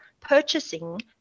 purchasing